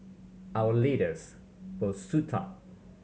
our leaders will suit up